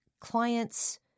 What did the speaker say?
clients